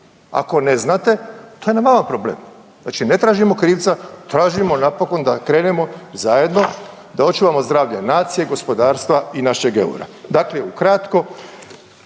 Ako ne znate to je na vama problem. Znači ne tražimo kriva, tražimo napokon da krenemo zajedno da očuvamo zdravlje nacije, gospodarstva i naše eura. Dakle ukratko,